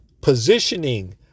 Positioning